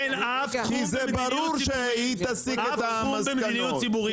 אין אף בתחום המדיניות ציבורית,